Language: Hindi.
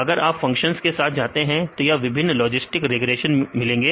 अगर आप फंक्शंस के साथ जाते हैं तो यहां पर विभिन्न लॉजिस्टिक रिग्रेशन मिलेंगे